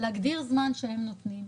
להגדיר זמן שהם נותנים,